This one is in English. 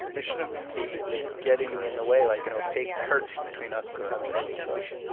they shouldn't be getting in the way like an opaque curtain between us and the objects themselves.